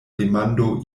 demando